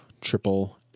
triple